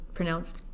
pronounced